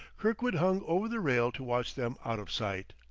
kirkwood hung over the rail to watch them out of sight.